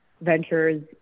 ventures